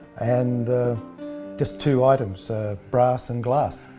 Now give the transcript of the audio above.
and just two items brass and glass.